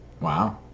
Wow